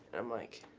i'm like,